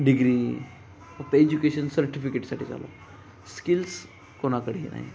degree फक्त education सर्टिफिकेटसाठी चालू आहे स्किल्स कोणाकडेही नाही